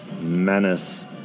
Menace